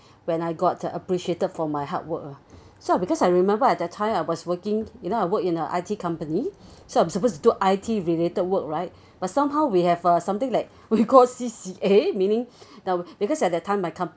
when I got the appreciated for my hard work so because I remember at the time ah I was working you know I work in the I_T company so I'm supposed to do I_T related work right but somehow we have a something like when you call C_C_A meaning now because at that time my